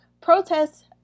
protests